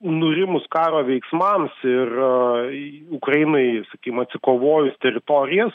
nurimus karo veiksmams ir ukrainai sakim atsikovoj teritorijas